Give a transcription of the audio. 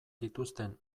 dituzten